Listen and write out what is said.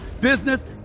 business